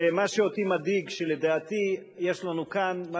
ומה שאותי מדאיג הוא שלדעתי יש לנו כאן מה